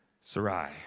Sarai